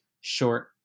short